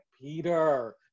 Peter